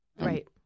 Right